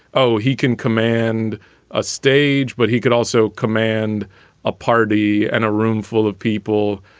oh, he can command a stage, but he could also command a party and a room full of people.